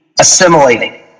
assimilating